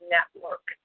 Network